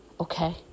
okay